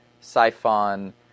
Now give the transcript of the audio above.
Siphon